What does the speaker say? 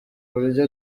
buryo